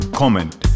comment